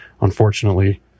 Unfortunately